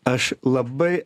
aš labai